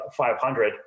500